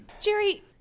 Jerry